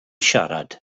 siarad